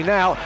Now